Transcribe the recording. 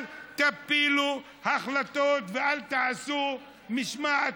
אל תפילו החלטות ואל תעשו משמעת